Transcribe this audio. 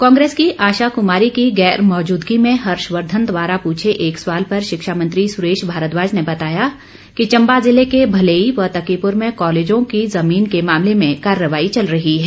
कांग्रेस की आशा क्मारी की गैर मौजूदगी में हर्षवर्धन द्वारा पूर्छे एक सवाल पर शिक्षामंत्री सुरेश भारद्वाज ने बताया कि चम्बा जिले के भलेई व तकीपुर में कॉलेजों की जमीन के मामले में कार्रवाई चल रही है